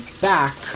back